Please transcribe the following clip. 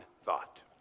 thought